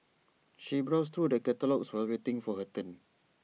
she browsed through the catalogues while waiting for her turn